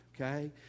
okay